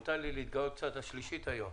מותר לי להתגאות קצת השלישית היום.